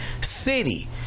city